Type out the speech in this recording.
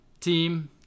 team